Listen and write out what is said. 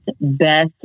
best